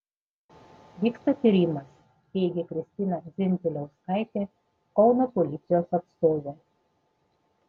vyksta tyrimas teigė kristina dzindziliauskaitė kauno policijos atstovė